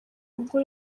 ubwo